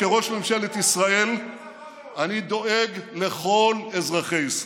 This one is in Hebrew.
כראש ממשלת ישראל אני דואג לכל אזרחי ישראל,